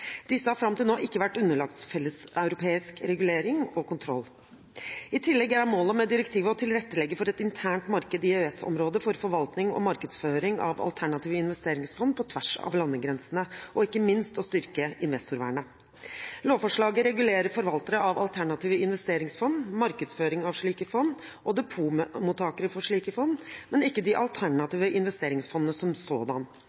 Disse har fram til nå ikke vært underlagt felleseuropeisk regulering og kontroll. I tillegg er målet med direktivet å tilrettelegge for et internt marked i EØS-området for forvaltning og markedsføring av alternative investeringsfond på tvers av landegrensene og ikke minst å styrke investorvernet. Lovforslaget regulerer forvaltere av alternative investeringsfond, markedsføring av slike fond og depotmottakere for slike fond, men ikke de alternative investeringsfondene som sådan.